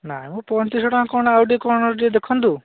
ନାହିଁମ ପଇଁତିରିଶହ ଟଙ୍କା ଆଉ କ'ଣ ଟିକେ ଦେଖନ୍ତୁ